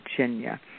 Virginia